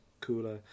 cooler